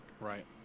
Right